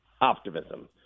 optimism